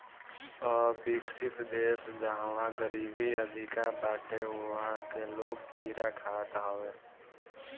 अविकसित देस जहवा गरीबी अधिका बाटे उहा के लोग कीड़ा खात हवे